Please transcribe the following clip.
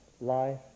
life